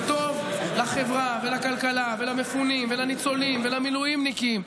הוא טוב לחברה ולכלכלה ולמפונים ולניצולים ולמילואימניקים,